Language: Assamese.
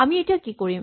আমি এতিয়া কি কৰিম